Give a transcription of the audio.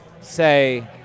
say